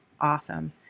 Awesome